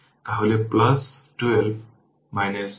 এখানেও যদি চান এখানেও নিতে পারেন